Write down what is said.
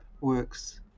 works